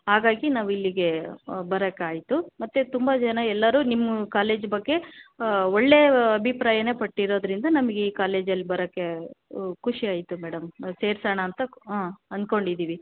ಹಾಗಾಗಿ ನಾವಿಲ್ಲಿಗೆ ಬರಕಾಯ್ತು ಮತ್ತೆ ತುಂಬ ಜನ ಎಲ್ಲರು ನಿಮ್ಮ ಕಾಲೇಜ್ ಬಗ್ಗೆ ಒಳ್ಳೆಯ ಅಭಿಪ್ರಾಯನೆ ಪಟ್ಟಿರೋದ್ರಿಂದ ನಮಗೆ ಈ ಕಾಲೇಜಲ್ಲಿ ಬರಕ್ಕೆ ಖುಷಿ ಆಯಿತು ಮೇಡಮ್ ಸೇರಿಸೋಣ ಅಂತ ಅಂದ್ಕೊಂಡಿದಿವಿ